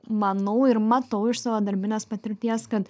manau ir matau iš savo darbinės patirties kad